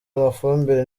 amafumbire